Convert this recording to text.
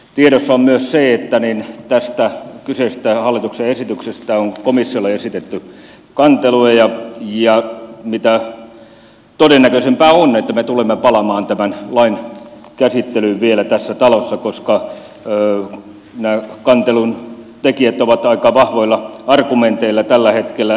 tiedossa on myös se että tästä kyseisestä hallituksen esityksestä on komissiolle esitetty kanteluja ja mitä todennäköisintä on että me tulemme palaamaan tämän lain käsittelyyn vielä tässä talossa koska nämä kantelun tekijät ovat aika vahvoilla argumenteilla tällä hetkellä liikkeellä